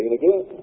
again